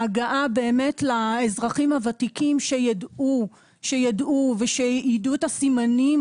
ההגעה באמת לאזרחים הוותיקים שידעו את הסימנים